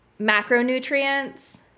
macronutrients